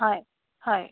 হয় হয়